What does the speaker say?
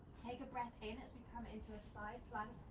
take a breath in as we come into a side plank,